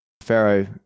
Pharaoh